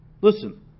Listen